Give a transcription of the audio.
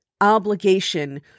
obligation